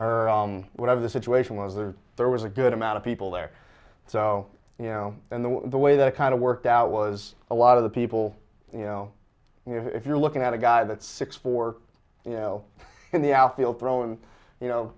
whatever the situation was there was a good amount of people there so you know and the way that kind of worked out was a lot of the people you know if you're looking at a guy that six four you know in the outfield thrown you know